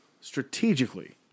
strategically